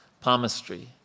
palmistry